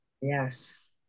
Yes